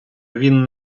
він